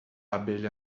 abelha